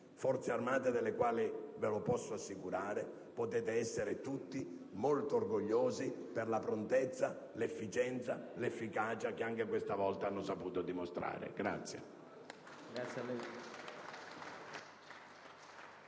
Forze armate, delle quali - ve lo posso assicurare - potete tutti essere molto orgogliosi per la prontezza, l'efficienza e l'efficacia che anche questa volta hanno saputo dimostrare.